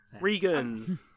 Regan